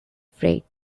freight